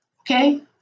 Okay